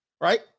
right